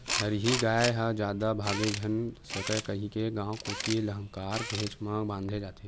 हरही गाय ह जादा भागे झन सकय कहिके गाँव कोती लांहगर घेंच म बांधे जाथे